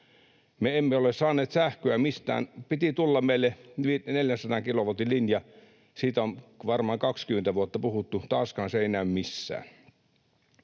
Me emme ole saaneet sähköä mistään. Piti tulla meille 400 kilowatin linja, siitä on varmaan 20 vuotta puhuttu, taaskaan se ei näy missään.